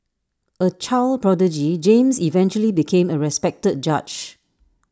A child prodigy James eventually became A respected judge